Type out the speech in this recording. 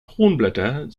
kronblätter